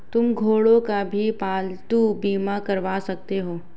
तुम घोड़ों का भी पालतू बीमा करवा सकते हो